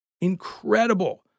incredible